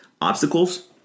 obstacles